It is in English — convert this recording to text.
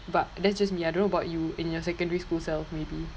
but that's just me I don't know about you in your secondary school self maybe